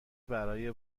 برای